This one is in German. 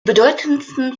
bedeutendsten